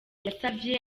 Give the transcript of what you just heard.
yasavye